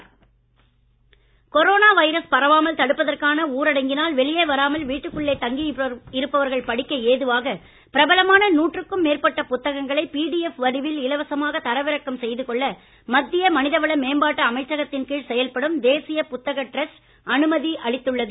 புத்தக trust corona virus பரவாமல் தடுப்பதற்கான ஊரடங்கினால் வெளியே வராமல் வீட்டிற்குள்ளேயே தங்கி இருப்பவர்கள் படிக்க ஏதுவாக பிரபலமான நூற்றுக்கும் மேற்பட்ட புத்தகங்களை பிடிஎப் வடிவில் இலவசமாக தரவிறக்கம் செய்து கொள்ள மத்திய மனிதவள மேம்பாட்டு அமைச்சகத்தின் கீழ் செயல்படும் தேசிய புத்தக டிரஸ்ட் அனுமதி அளித்துள்ளது